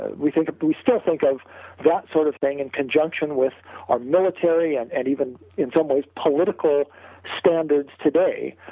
we think of, we still think of that sort of thing in conjunction with a ah military and and even in some ways political standards today,